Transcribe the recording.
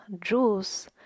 Jews